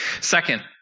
Second